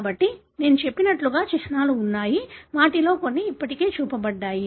కాబట్టి నేను చెప్పినట్లుగా చిహ్నాలు ఉన్నాయి వాటిలో కొన్ని ఇప్పటికే చూపబడ్డాయి